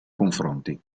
confronti